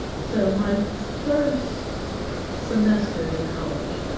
so, my first semester in college